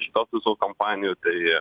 šitos visos kompanijų tai